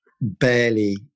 barely